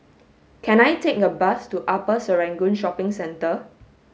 can I take a bus to Upper Serangoon Shopping Centre